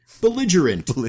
belligerent